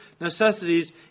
necessities